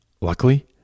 Luckily